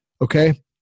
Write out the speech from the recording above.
Okay